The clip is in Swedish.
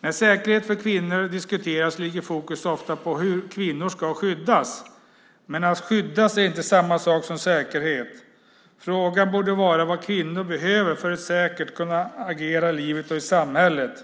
När säkerhet för kvinnor diskuteras ligger fokus ofta på hur kvinnor ska skyddas. Men att skyddas är inte samma sak som säkerhet. Frågan borde vara vad kvinnor behöver för att säkert kunna agera i livet och i samhället.